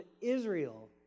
Israel